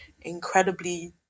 incredibly